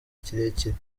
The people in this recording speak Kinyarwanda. kirekire